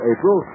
April